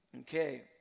Okay